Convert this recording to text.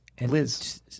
Liz